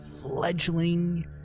fledgling